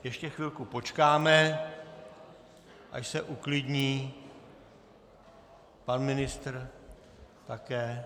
Ještě chvilku počkáme, až se uklidní pan ministr také.